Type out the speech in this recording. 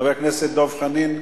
אפשר להצביע, חבר הכנסת דב חנין?